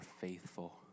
faithful